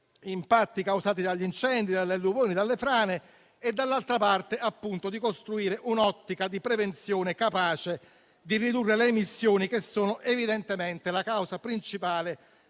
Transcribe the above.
impatti causati dagli incendi, dalle alluvioni, dalle frane e, dall'altra, di costruire un'ottica di prevenzione capace di ridurre le emissioni, che sono evidentemente la causa principale